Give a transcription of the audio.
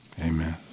amen